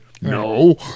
No